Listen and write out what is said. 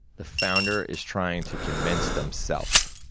the founder is trying to convince themselves.